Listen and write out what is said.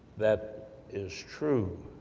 that is true,